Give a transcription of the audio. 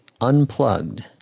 Unplugged